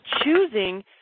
choosing